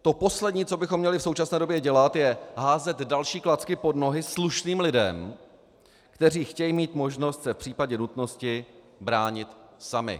To poslední, co bychom měli v současné době dělat, je házet další klacky pod nohy slušným lidem, kteří chtějí mít možnost se v případě nutnosti bránit sami.